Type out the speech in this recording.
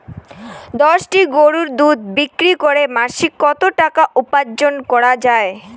দশটি গরুর দুধ বিক্রি করে মাসিক কত টাকা উপার্জন করা য়ায়?